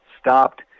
stopped